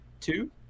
two